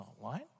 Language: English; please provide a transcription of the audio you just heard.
online